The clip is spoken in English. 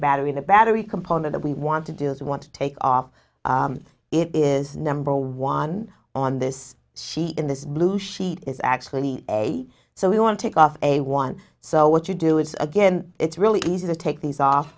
battery in the battery component that we want to do is want to take off it is number one on this sheet in this blue sheet is actually a so we want to take off a one so what you do it's again it's really easy to take these